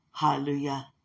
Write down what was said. Hallelujah